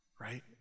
right